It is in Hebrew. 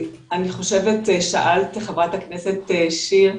שאלת, חברת הכנסת מיכל,